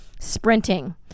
sprinting